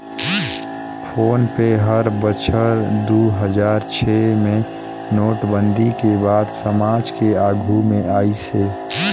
phone पे हर बछर दू हजार छै मे नोटबंदी के बाद समाज के आघू मे आइस हे